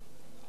לא עוד.